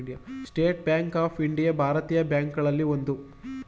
state bank of India ಭಾರತೀಯ bank ಗಳಲ್ಲಿ ಒಂದು